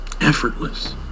effortless